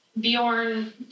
Bjorn